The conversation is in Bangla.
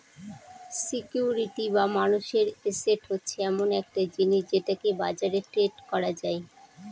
সিকিউরিটি বা মানুষের এসেট হচ্ছে এমন একটা জিনিস যেটাকে বাজারে ট্রেড করা যায়